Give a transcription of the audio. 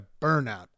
burnout